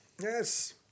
Yes